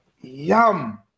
Yum